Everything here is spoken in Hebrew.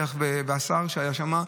השר שהיה שם,